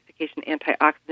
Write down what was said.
antioxidant